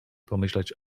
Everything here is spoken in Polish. pomyśleć